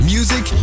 Music